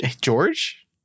George